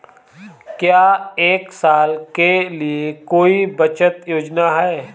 क्या एक साल के लिए कोई बचत योजना है?